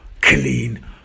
clean